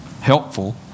Helpful